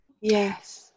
yes